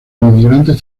inmigrantes